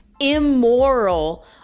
immoral